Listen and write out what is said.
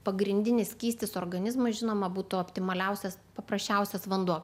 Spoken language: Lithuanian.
pagrindinis skystis organizmui žinoma būtų optimaliausias paprasčiausias vanduo